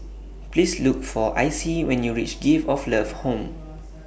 Please Look For Icey when YOU REACH Gift of Love Home